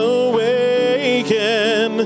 awaken